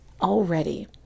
already